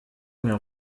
miał